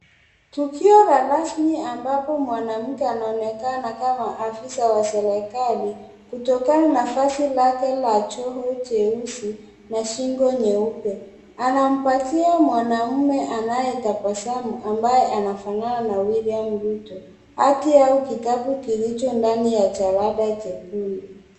Tukio la rasmi ambapo mwanamke anaonekana kama afisa wa serikali kutokana na vazi lake la joho jeusi na shingo nyeupe. Anampatia mwanaume anayetabasamu ambaye anayefanana na William Ruto. Hati au kitabu kilicho ndani ya jalada jekundu.